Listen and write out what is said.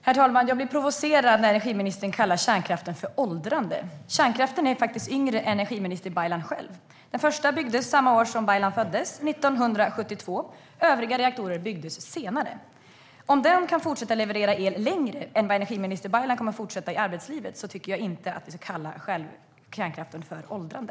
Herr talman! Jag blir provocerad när energiministern kallar kärnkraften för åldrande. Kärnkraften är faktiskt yngre än energiminister Baylan själv. Den första reaktorn byggdes samma år som Baylan föddes, 1972. Övriga reaktorer byggdes senare. Om kärnkraften kan fortsätta leverera el längre än den tid energiminister Baylan kommer att fortsätta i arbetslivet tycker jag inte att vi ska kalla kärnkraften för åldrande.